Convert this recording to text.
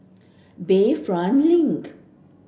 Bayfront Link